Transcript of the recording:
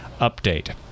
update